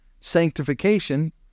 Sanctification